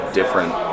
different